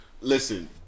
listen